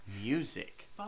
music